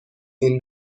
این